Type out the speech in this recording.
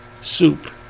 soup